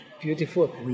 beautiful